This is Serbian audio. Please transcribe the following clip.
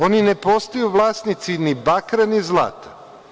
Oni ne postaju vlasnici ni bakra, ni zlata.